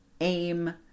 aim